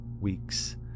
weeks